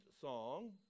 song